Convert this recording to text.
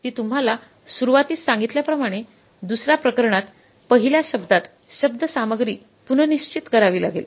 मी तुम्हाला सुरुवातीस सांगितल्याप्रमाणे दुस या प्रकरणात पहिल्या शब्दात शब्द सामग्री पुनर्स्थित करावी लागेल